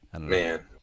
Man